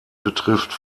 betrifft